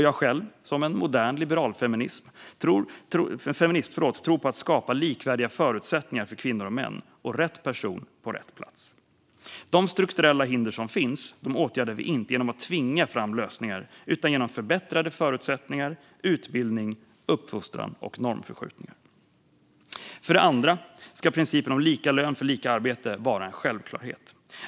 Jag själv, som en modern liberalfeminist, tror på att skapa likvärdiga förutsättningar för kvinnor och män och rätt person på rätt plats. De strukturella hinder som finns åtgärdar vi inte genom att tvinga fram lösningar utan genom förbättrade förutsättningar, utbildning, uppfostran och normförskjutningar. För det andra ska principen om lika lön för lika arbete vara en självklarhet.